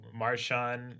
Marshawn